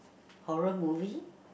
horror movie